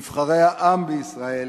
נבחרי העם בישראל,